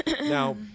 Now